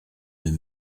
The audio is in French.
deux